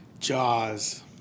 Jaws